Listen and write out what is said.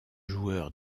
joueur